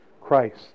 Christ